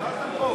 הכנסת,